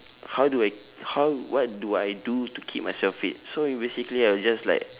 how do I how what do I do to keep myself fit so basically I will just like